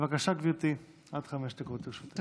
בבקשה, גברתי, עד חמש דקות לרשותך.